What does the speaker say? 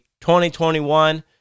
2021